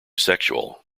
sexual